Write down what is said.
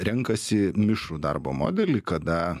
renkasi mišrų darbo modelį kada